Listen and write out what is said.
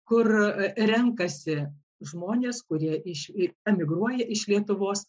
kur renkasi žmonės kurie iš emigruoja iš lietuvos